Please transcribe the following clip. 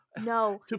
No